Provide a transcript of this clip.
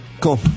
Cool